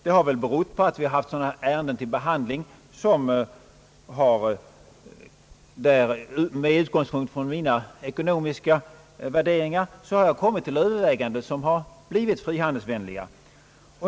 Det har väl berott på att vi haft sådana ärenden till behandling attjag med mina ekonomiska värderingar kommit till överväganden som blivit frihandelsvänliga.